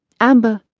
Amber